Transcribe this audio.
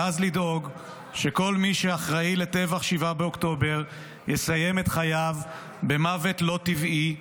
ואז לדאוג שכל מי שאחראי לטבח 7 באוקטובר יסיים את חייו במוות לא טבעי,